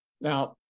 Now